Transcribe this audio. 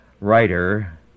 writer